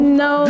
no